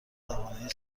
توانایی